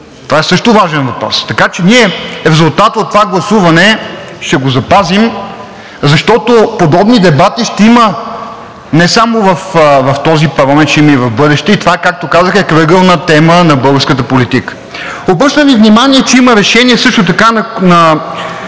Това е също важен въпрос. Така че ние резултата от това гласуване ще го запазим, защото подобни дебати ще има не само в този парламент, ще има и в бъдеще, това, както казах, е крайъгълна тема на българската политика. Обръщам Ви внимание, че има Решение също така на